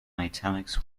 italics